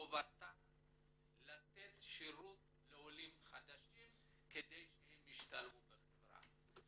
וחובתה לתת שירות לעולים חדשים כדי שהם ישתלבו בחברה.